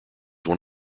one